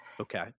Okay